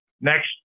next